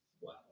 Wow